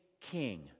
king